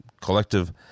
collective